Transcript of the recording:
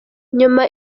nyuma